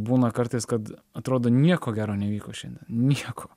būna kartais kad atrodo nieko gero neįvyko šiandien nieko